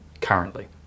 currently